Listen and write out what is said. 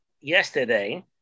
yesterday